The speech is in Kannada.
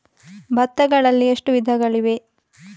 ಭತ್ತಗಳಲ್ಲಿ ಎಷ್ಟು ವಿಧಗಳಿವೆ?